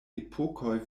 epokoj